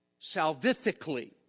salvifically